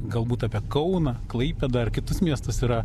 galbūt apie kauną klaipėdą ar kitus miestus yra